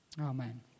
Amen